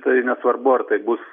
tai nesvarbu ar tai bus